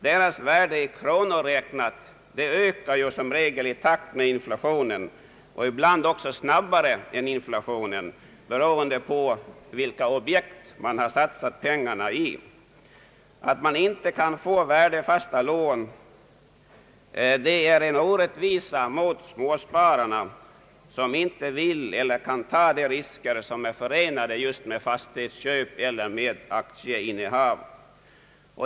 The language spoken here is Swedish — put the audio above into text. Deras värde i kronor räknat ökar som regel i takt med inflationen, och ibland också snabbare än inflationen, beroende på i vilka objekt man satsat pengarna. Att man inte kan få värdefasta lån är en orättvisa mot alla de spåsparare som inte vill eller kan ta de risker som är förenade med fastighetsköp eller aktieinnehav.